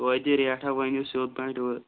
توتہِ ریٹہ ؤنِو سیٚود پٲٹھۍ وٕ